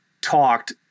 talked